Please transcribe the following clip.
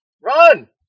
Run